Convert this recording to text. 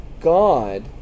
God